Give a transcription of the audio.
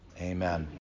amen